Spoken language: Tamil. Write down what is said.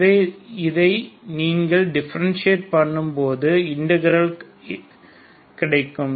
எனவே இதை நீங்கள் டிஃபரண்ஷியட் பண்ணும்போது இன்டிகிரால் கிடைக்கும்